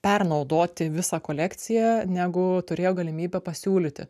pernaudoti visą kolekciją negu turėjo galimybę pasiūlyti